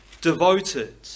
devoted